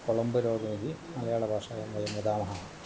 कोळम्बुरोगः इति मलयाळभाषायां वयं वदामः